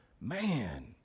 man